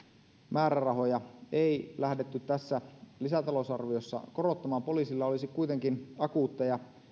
määrärahoja ei lähdetty tässä lisätalousarviossa korottamaan poliisilla olisi kuitenkin akuutteja